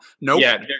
Nope